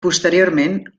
posteriorment